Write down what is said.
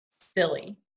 silly